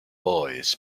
boys